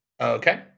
okay